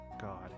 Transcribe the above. God